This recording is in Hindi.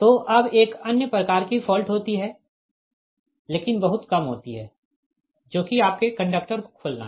तो अब एक अन्य प्रकार की फॉल्ट होती है लेकिन बहुत कम होती है जो कि आपके कंडक्टर को खोलना है